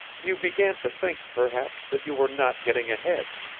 you began to think, perhaps, that you were not getting ahead.